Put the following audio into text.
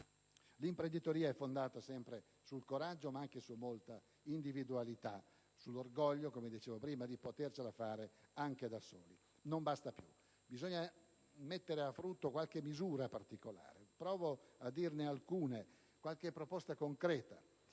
L'imprenditoria è fondata sempre sul coraggio, ma anche su molta individualità, sull'orgoglio - come dicevo prima - di potercela fare anche da soli. Questo, tuttavia, non basta più e bisogna mettere a frutto qualche misura particolare; proverò quindi a formulare qualche proposta concreta: